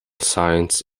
scenes